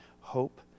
hope